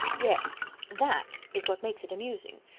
yes that is what makes it amusing.